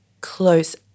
close